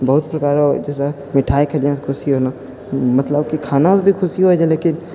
बहुत प्रकार रऽ जइसे मिठाइ खेलिए खुशी होलै मतलब कि खानासँ भी खुशी होइ छै लेकिन